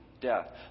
death